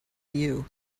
you